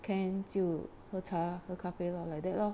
can 就喝茶喝咖啡 lor like that lor